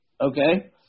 Okay